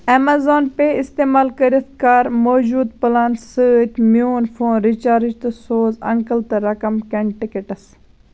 Amazon پے استعمال کٔرِتھ کَر موجوٗد پٕلان سۭتۍ میون فون رِچارٕج تہٕ سوز انٛکَل تہٕ رقم کنٹِکٹس